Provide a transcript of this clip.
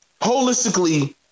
holistically